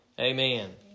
Amen